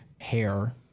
Hair